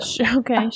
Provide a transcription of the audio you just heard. Okay